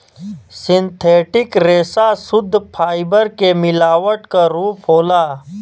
synthetic रेसा सुद्ध fibre के मिलावट क रूप होला